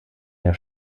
der